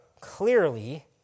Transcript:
clearly